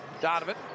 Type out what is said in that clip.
Donovan